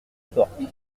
porte